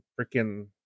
Freaking